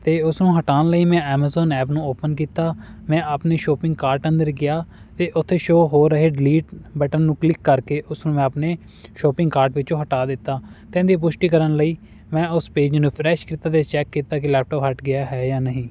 ਅਤੇ ਉਸਨੂੰ ਹਟਾਉਣ ਲਈ ਮੈਂ ਐਮਜ਼ੋਨ ਐਪ ਨੂੰ ਓਪਨ ਕੀਤਾ ਮੈਂ ਆਪਣੀ ਸ਼ੋਪਿੰਗ ਕਾਰਟ ਅੰਦਰ ਗਿਆ ਅਤੇ ਉੱਥੇ ਸ਼ੋ ਹੋ ਰਹੇ ਡਿਲੀਟ ਬਟਨ ਨੂੰ ਕਲਿੱਕ ਕਰਕੇ ਉਸਨੂੰ ਮੈਂ ਆਪਣੇ ਸ਼ੋਪਿੰਗ ਕਾਰਟ ਵਿੱਚੋਂ ਹਟਾ ਦਿੱਤਾ ਅਤੇ ਇਹਦੀ ਪੁਸ਼ਟੀ ਕਰਨ ਲਈ ਮੈਂ ਉਸ ਪੇਜ ਨੂੰ ਫਰੈਸ਼ ਕੀਤਾ ਅਤੇ ਚੈਕ ਕੀਤਾ ਕਿ ਲੈਪਟੋਪ ਹਟ ਗਿਆ ਹੈ ਜਾਂ ਨਹੀਂ